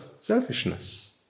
selfishness